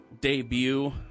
debut